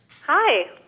Hi